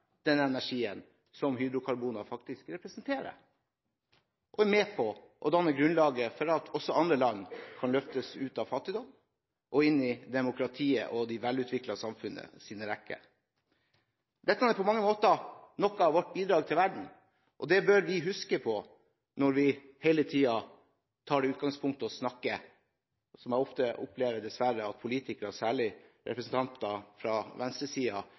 den energien som hydrokarboner faktisk representerer. Vi er med på å danne et grunnlag for at andre land kan løftes ut av fattigdom og inn i demokrati og i rekken av velutviklede samfunn. Dette er på mange måter noe av vårt bidrag til verden. Det bør vi huske på når man hele tiden tar det utgangspunktet å snakke ned – som jeg dessverre ofte opplever at politikere, særlig representanter